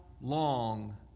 long